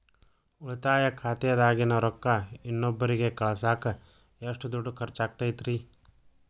ಉಳಿತಾಯ ಖಾತೆದಾಗಿನ ರೊಕ್ಕ ಇನ್ನೊಬ್ಬರಿಗ ಕಳಸಾಕ್ ಎಷ್ಟ ದುಡ್ಡು ಖರ್ಚ ಆಗ್ತೈತ್ರಿ?